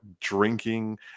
drinking